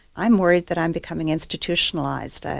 i'm worried that i'm becoming institutionalised,